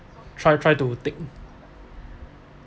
try try to take